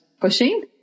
pushing